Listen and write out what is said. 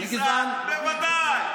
תתחבר לרמקול עם האף למעלה.